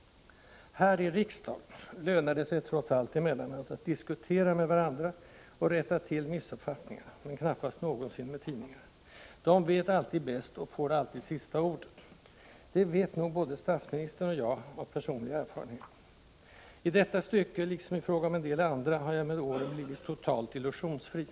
— Här i riksdagen lönar det sig trots allt emellanåt att diskutera med varandra och rätta till missuppfattningar — men knappast någonsin med tidningar. De vet alltid bäst och får alltid sista ordet, det vet nog både statsministern och jag av personlig erfarenhet. I detta stycke — liksom i fråga om en del andra — har jag med åren blivit totalt illusionsfri.